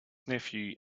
nephew